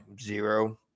zero